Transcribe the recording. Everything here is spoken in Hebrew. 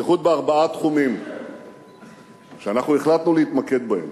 בייחוד בארבעה תחומים שאנחנו החלטנו להתמקד בהם: